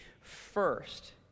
first